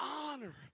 honor